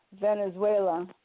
Venezuela